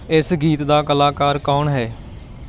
ਇਸ ਗੀਤ ਦਾ ਕਲਾਕਾਰ ਕੌਣ ਹੈ